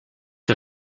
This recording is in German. der